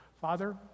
Father